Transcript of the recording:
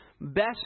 best